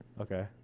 Okay